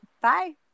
Bye